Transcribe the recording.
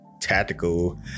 tactical